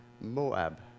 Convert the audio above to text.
Moab